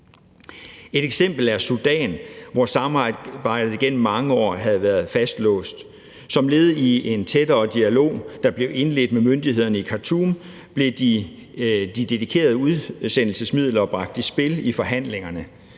Et eksempel er Sudan, hvor samarbejdet igennem mange år havde været fastlåst. Som led i en tættere dialog, der blev indledt med myndighederne i Khartoum, blev de dedikerede udsendelsesmidler bragt i spil i forhandlingerne.